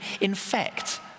infect